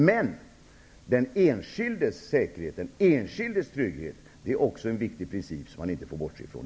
Men den enskildes säkerhet och trygghet är också en viktig princip som vi inte får bortse ifrån.